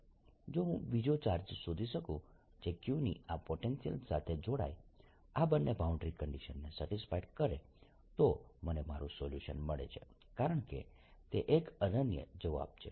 જો હું બીજો ચાર્જ શોધી શકું જે q ની આ પોટેન્શિયલ સાથે જોડાય આ બંને બાઉન્ડ્રી કન્ડીશનને સેટિસ્ફાય કરે તો મને મારૂ સોલ્યુશન મળે છે કારણ કે તે એક અનન્ય જવાબ છે